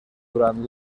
durant